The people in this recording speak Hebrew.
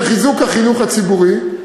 של חיזוק החינוך הציבורי,